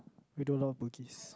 we do a lot of Bugis